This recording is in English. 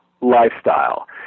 lifestyle